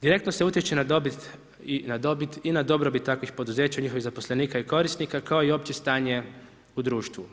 Direktno se utječe na dobit i na dobrobit takvih poduzeća i njihovih zaposlenika i korisnika, kao i opće stanje u društvu.